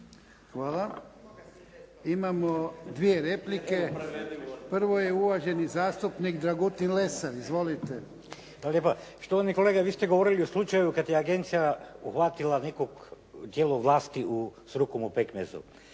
Hvala. Imamo dvije replike. Prvo je uvaženi zastupnik Dragutin Lesar. Izvolite. **Lesar, Dragutin (Nezavisni)** Hvala lijepa. Štovani kolega, vi ste govorili o slučaju kad je agencija uhvatila neko tijelo vlasti s rukom u pekmezu,